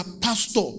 pastor